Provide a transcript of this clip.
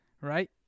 Right